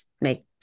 make